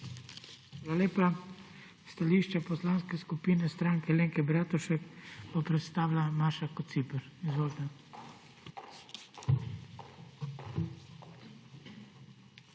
lepa. Stališče Poslanske skupine Stranke Alenke Bratušek bo predstavila Maša Kociper. Izvolite.